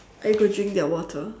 are you going to drink their water